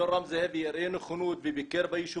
אדון רם זאבי הראה נכונות וביקר ביישוב